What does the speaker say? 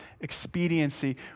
expediency